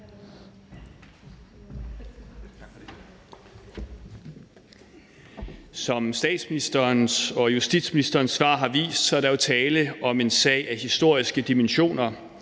Som statsministerens og justitsministerens svar har vist, er der jo tale om en sag af historiske dimensioner.